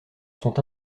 sont